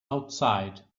outside